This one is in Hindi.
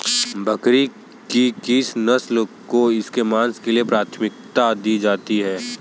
बकरी की किस नस्ल को इसके मांस के लिए प्राथमिकता दी जाती है?